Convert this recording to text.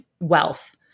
wealth